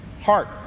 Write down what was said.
heart